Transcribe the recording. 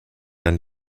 dann